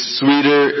sweeter